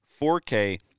4K